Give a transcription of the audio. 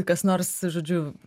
kas nors žodžiu